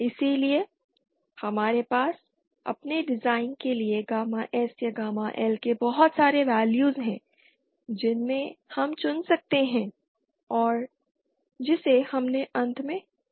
इसलिए हमारे पास अपने डिजाइन के लिए गामा S या गामा L के बहुत सारे वैल्यूज़ हैं जिनसे हम चुन सकते हैं और जिसे हमने अंत में चुना है